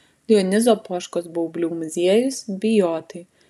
dionizo poškos baublių muziejus bijotai